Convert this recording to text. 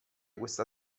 questa